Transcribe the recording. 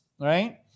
right